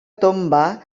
tomba